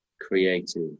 creative